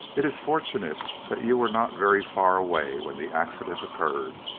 it is fortunate that you were not very far away when the accident occurred.